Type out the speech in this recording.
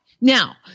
Now